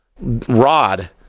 rod